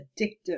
addictive